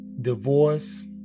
divorce